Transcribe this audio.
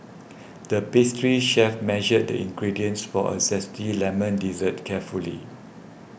the pastry chef measured the ingredients for a Zesty Lemon Dessert carefully